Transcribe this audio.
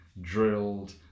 Drilled